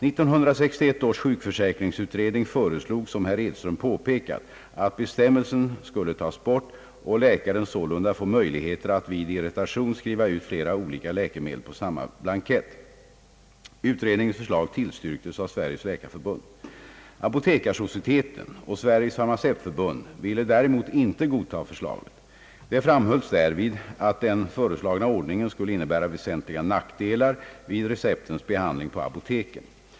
1961 års sjukförsäkringsutredning föreslog som herr Edström påpekat att bestämmelsen skulle tas bort och läkaren sålunda få möjligheter att vid iteration skriva ut flera olika läkemedel på samma blankett. Utredningens förslag tillstyrktes av Sveriges läkarförbund. Apotekarsocieteten och Sveriges farmacevtförbund ville däremot inte godta förslaget. Det framhölls därvid att den föreslagna ordningen skulle innebära väsentliga nackdelar vid receptens behandling på apoteken.